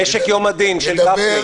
נשק יום הדין, של גפני.